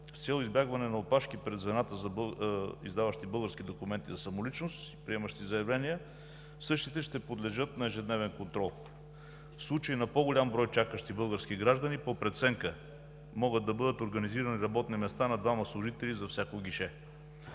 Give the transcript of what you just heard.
С цел избягване на опашки пред звената, издаващи български документи за самоличност и приемащи заявления, същите ще подлежат на ежедневен контрол. В случай на по-голям брой чакащи български граждани по преценка могат да бъдат организирани работни места на двама служители за всяко гише.